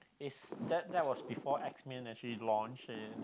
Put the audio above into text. it's that that was before X Men actually launch and